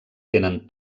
tenen